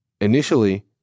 Initially